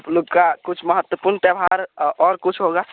आप लोग का कुछ महत्वपूर्ण त्योहार और कुछ होगा